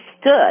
stood